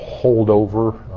holdover